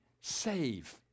save